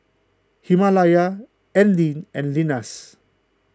Himalaya Anlene and Lenas